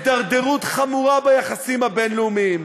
להתדרדרות חמורה ביחסים הבין-לאומיים.